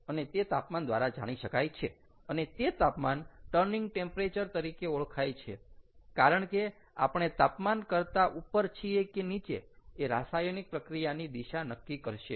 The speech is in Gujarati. અને તે તાપમાન દ્વારા જાણી શકાય છે અને તે તાપમાન ટર્નિંગ ટેમ્પરેચર તરીકે ઓળખાય છે કારણ કે આપણે તાપમાન કરતાં ઉપર છીએ કે નીચે એ રાસાયણિક પ્રક્રિયાની દિશા નક્કી કરશે